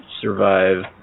survive